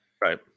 right